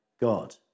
God